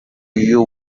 you